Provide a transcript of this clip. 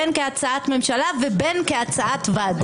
בין כהצעת ממשלה ובין כהצעת ועדה.